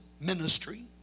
ministry